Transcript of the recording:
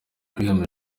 ibihembo